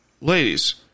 ladies